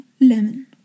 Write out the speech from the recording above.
lemon